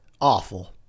Awful